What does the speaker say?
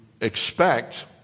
expect